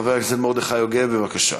חבר הכנסת מרדכי יוגב, בבקשה.